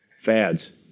fads